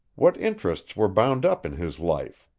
what interests were bound up in his life?